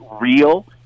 real